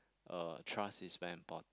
uh trust is very important